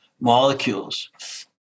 molecules